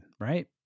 right